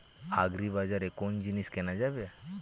আগ্রিবাজারে কোন জিনিস কেনা যাবে?